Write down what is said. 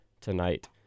tonight